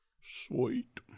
Sweet